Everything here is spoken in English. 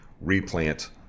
replant